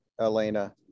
Elena